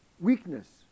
weakness